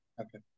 Okay